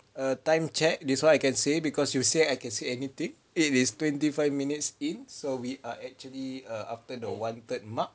err time check this [one] I can say because you say I can say anything it is twenty five minutes in so we are actually err after the one third mark